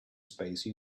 space